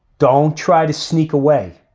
don't try to sneak away,